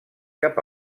cap